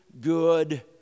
good